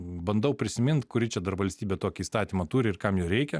bandau prisimint kuri čia dar valstybė tokį įstatymą turi ir kam jo reikia